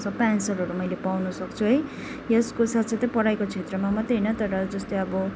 सबै एन्सरहरू मैले पाउन सक्छु है यसको साथसाथै पढाइको क्षेत्रमा मात्रै होइन तर जस्तै अब